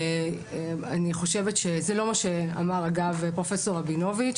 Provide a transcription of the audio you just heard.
אני חושבת שזה לא מה שאמר אגב פרופ' רבינוביץ,